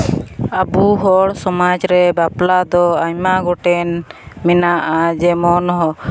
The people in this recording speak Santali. ᱟᱵᱚ ᱦᱚᱲ ᱥᱚᱢᱟᱡᱽ ᱨᱮ ᱵᱟᱯᱞᱟᱫᱚ ᱟᱭᱢᱟ ᱜᱚᱴᱮᱱ ᱢᱮᱱᱟᱜᱼᱟ ᱡᱮᱢᱚᱱ